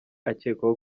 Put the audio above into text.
akekwaho